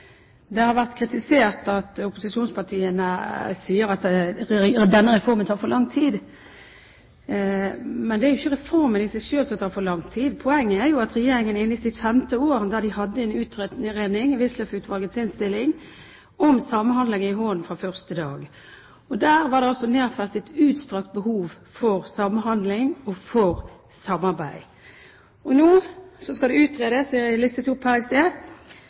Det har vært kritisert at opposisjonspartiene sier at denne reformen tar for lang tid. Men det er jo ikke reformen i seg selv som tar for lang tid. Poenget er jo at Regjeringen er inne i sitt femte år, og de hadde en utredning – Wisløff-utvalgets innstilling om samhandling – i hånden fra første dag. Der var det nedfelt et utstrakt behov for samhandling og for samarbeid. Nå skal det komme – jeg listet opp her i sted